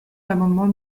l’amendement